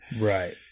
Right